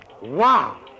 Wow